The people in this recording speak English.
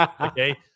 Okay